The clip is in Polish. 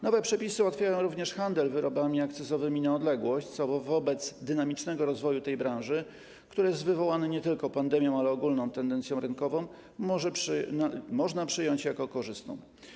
Nowe przepisy otwierają również możliwość handlu wyrobami akcyzowymi na odległość, co wobec dynamicznego rozwoju tej branży, który jest wywołany nie tylko pandemią, ale ogólną tendencją rynkową, można przyjąć jako korzystną.